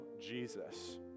Jesus